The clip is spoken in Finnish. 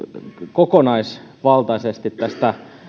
kokonaisvaltaisesti tästä